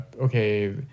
okay